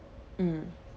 mm